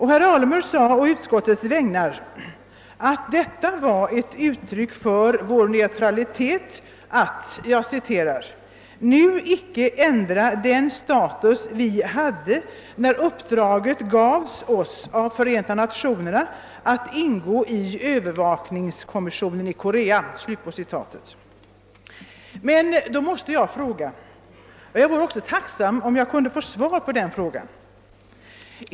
Herr Alemyr sade på utskottets vägnar att det var ett uttryck för vår neutralitet att >nu icke ändra den status vi hade när uppdraget gavs oss av Förenta Nationerna att ingå i Öövervakningskommissionen i Korea». Men då måste jag fråga — och jag vore tacksam för att få besked på denna fråga.